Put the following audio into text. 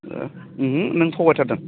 ओहो नों थगायथारदों